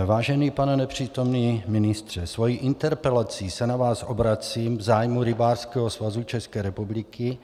Vážený pane nepřítomný ministře, svou interpelací se na vás obracím v zájmu Rybářského svazu České republiky.